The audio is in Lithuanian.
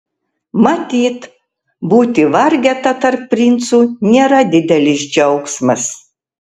matyt būti vargeta tarp princų nėra didelis džiaugsmas